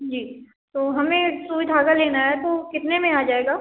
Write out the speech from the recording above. जी तो हमें सुई धागा लेना है तो कितने में आ जाएगा